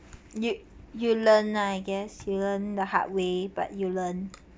you you learn lah I guess you learn the hard way but you learn